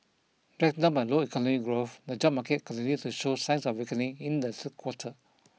dragged down by low economic growth the job market continued to show signs of weakening in the third quarter